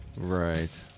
Right